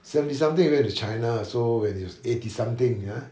seventy something he went to china so when he was eighty something ya